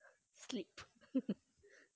sleep